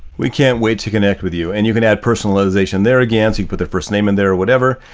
we can't wait to connect with you and you can add personalization there again so you put the first name in there or whatever.